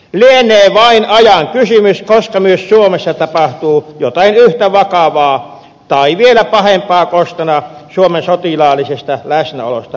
lienee vain ajan kysymys koska myös suomessa tapahtuu jotain yhtä vakavaa tai vielä pahempaa kostona suomen sotilaallisesta läsnäolosta afganistanissa